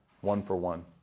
one-for-one